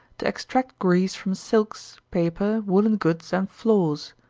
to extract grease from silks, paper, woollen goods, and floors.